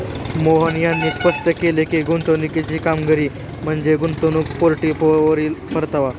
मोहन यांनी स्पष्ट केले की, गुंतवणुकीची कामगिरी म्हणजे गुंतवणूक पोर्टफोलिओवरील परतावा